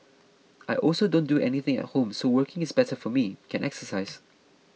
I also don't do anything at home so working is better for me can exercise